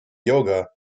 yoga